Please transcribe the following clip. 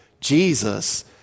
Jesus